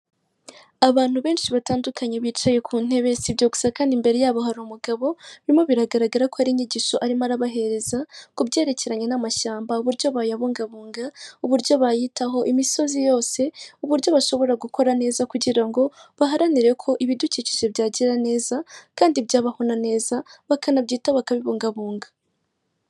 Abantu benshi batandukanye bicaye ku ntebe, si ibyo gusa kandi imbere yabo hari umugabo, birimo biragaragara ko ari inyigisho arimo arabahereza, ku byerekeranye n'amashyamba, uburyo bayabungabunga, uburyo bayitaho, imisozi yose, uburyo bashobora gukora neza kugira ngo baharanire ko ibidukikije byagira neza kandi byabaho na neza bakanabyitaho bakabibungabunga.